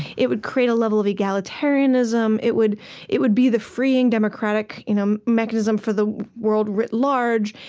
it would create a level of egalitarianism, it would it would be the freeing democratic you know mechanism for the world writ large,